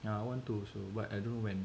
ya I want to also but I don't know when